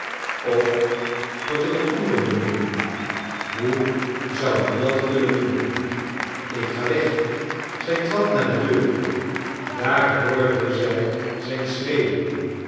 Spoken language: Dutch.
of dat ik een ander bemin hoe zou ik dat kunnen doen ik ga weg zij trad naar de deur daar hoorde zij zijn schreden